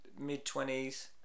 mid-twenties